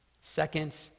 Second